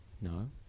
no